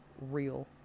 real